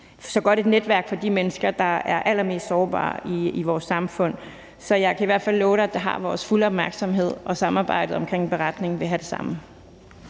så godt et netværk for de mennesker, der er allermest sårbare i vores samfund, som muligt. Så jeg kan i hvert fald love dig, at det har vores fulde opmærksomhed, og et samarbejde om en beretning vil have det samme.